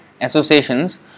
associations